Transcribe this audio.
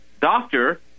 doctor